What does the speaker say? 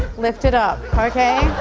lift it up, okay?